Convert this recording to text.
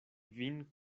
vin